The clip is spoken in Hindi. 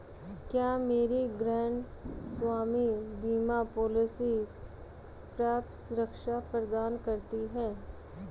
क्या मेरी गृहस्वामी बीमा पॉलिसी पर्याप्त सुरक्षा प्रदान करती है?